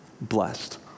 blessed